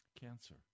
cancer